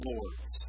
Lords